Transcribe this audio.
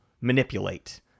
manipulate